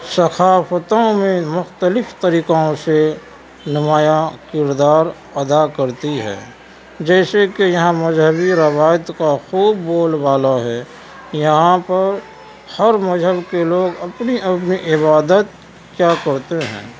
ثقافتوں میں مختلف طریقوں سے نمایاں کردار ادا کرتی ہے جیسے کہ یہاں مذہبی روایت کا خوب بول بالا ہے یہاں پر ہر مذہب کے لوگ اپنی اپنی عبادت کیا کرتے ہیں